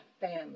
family